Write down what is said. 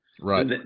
Right